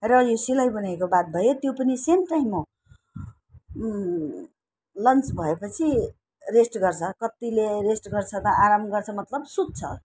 र यो सिलाईबुनाईको बात भयो त्यो पनि सेम टाइम हो लन्च भयोपछि रेस्ट गर्छ कत्तिले रेस्ट गर्छ त आराम गर्छ मतलब सुत्छ